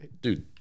dude